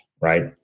right